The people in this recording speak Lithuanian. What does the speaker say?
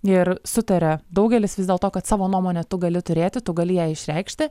ir sutaria daugelis vis dėlto kad savo nuomonę tu gali turėti tu gali ją išreikšti